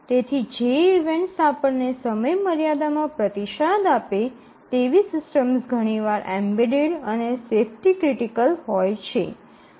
તેથી જે ઇવેન્ટ્સ આપણને સમયમર્યાદા માં પ્રતિસાદ આપે તેવી સિસ્ટમ્સ ઘણીવાર એમ્બેડ અને સેફ્ટી ક્રિટિકલ હોય છે